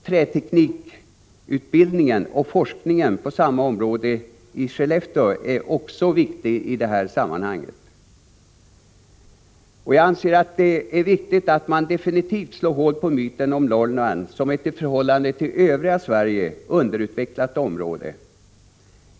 Träteknikutbildningen och forskningen på samma område i Skellefteå är också viktiga i detta sammanhang. Jag anser att det är viktigt att definitivt slå hål på myten om Norrland som ett i förhållande till övriga Sverige underutvecklat område.